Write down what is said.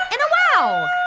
and a wow!